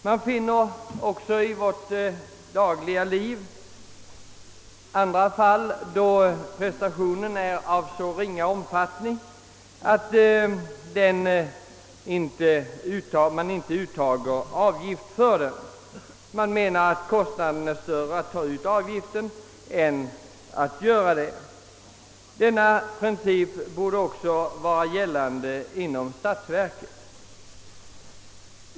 Det förekommer också i vårt dagliga liv fall då prestationen är av så ringa omfattning att man inte uttar avgift för den — det blir dyrare att ta ut avgift än att inte göra det.